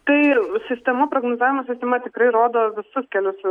tai sistema prognozavimo sistema tikrai rodo visus kelius